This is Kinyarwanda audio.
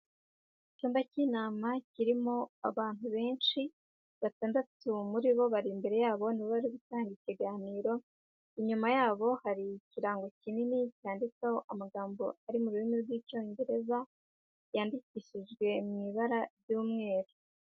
Icyumba cy'inama kirimo abantu benshi, batandatu muri bo bari imbere yabo nibo ibari gutanga ikiganiro, inyuma yabo hari ikirango kinini cyanditseho amagambo ari mu rurimi rw'icyongereza, yandikishijwe mu ibara ry'umweru.